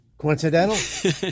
Coincidental